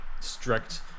strict